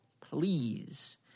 please